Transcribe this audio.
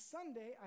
Sunday